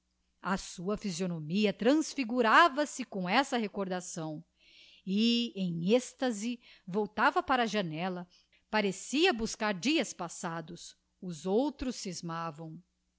a sua physionomia transfigurava se com essa recordação e em êxtase voltada para a janella parecia buscar dias passados os outros scismavam